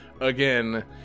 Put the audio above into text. again